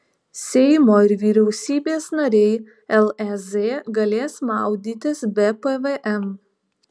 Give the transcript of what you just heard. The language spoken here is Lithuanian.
seimo ir vyriausybės nariai lez galės maudytis be pvm